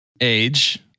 age